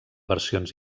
versions